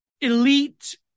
elite